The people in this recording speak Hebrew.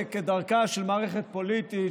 כדרכה של מערכת פוליטית,